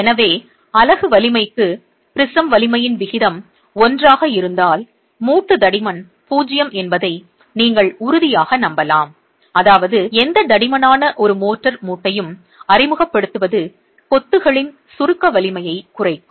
எனவே அலகு வலிமைக்கு ப்ரிஸம் வலிமையின் விகிதம் 1 ஆக இருந்தால் மூட்டு தடிமன் 0 என்பதை நீங்கள் உறுதியாக நம்பலாம் அதாவது எந்த தடிமனான ஒரு மோர்டார் மூட்டையும் அறிமுகப்படுத்துவது கொத்துகளின் சுருக்க வலிமையைக் குறைக்கும்